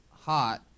hot